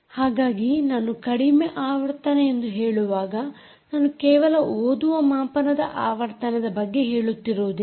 ಹಾಗಾಗಿ ನಾನು ಕಡಿಮೆ ಆವರ್ತನ ಎಂದು ಹೇಳುವಾಗ ನಾನು ಕೇವಲ ಓದುವ ಮಾಪನದ ಆವರ್ತನದ ಬಗ್ಗೆ ಹೇಳುತ್ತಿರುವುದಿಲ್ಲ